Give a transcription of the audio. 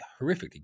horrifically